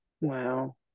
Wow